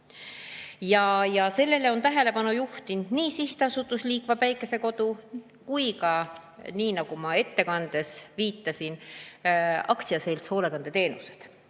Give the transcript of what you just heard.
Sellele on tähelepanu juhtinud nii Sihtasutus Liikva Päikesekodu kui ka, nii nagu ma ettekandes viitasin, Aktsiaselts Hoolekandeteenused.